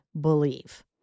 believe